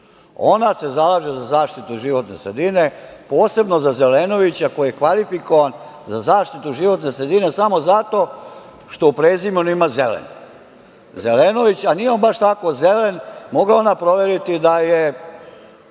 Ona se zalaže za zaštitu životne sredine, posebno za Zelenovića koji je kvalifikovan za zaštitu životne sredine samo zato što u prezimenu ima zelen. Nije on baš tako zelen. Mogla je proveriti da se